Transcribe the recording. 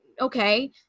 okay